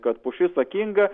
kad pušis sakinga